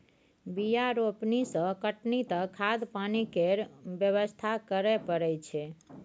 बीया रोपनी सँ कटनी तक खाद पानि केर बेवस्था करय परय छै